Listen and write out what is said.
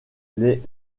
les